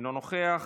אינו נוכח.